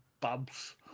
bubs